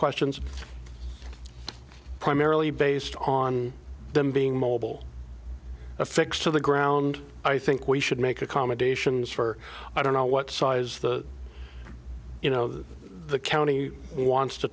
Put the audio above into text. questions primarily based on them being mobile affixed to the ground i think we should make accommodations for i don't know what size the you know the the county wants to